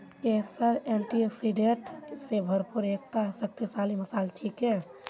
केसर एंटीऑक्सीडेंट स भरपूर एकता शक्तिशाली मसाला छिके